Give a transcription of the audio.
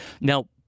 Now